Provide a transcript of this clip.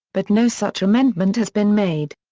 but no such amendment has been made.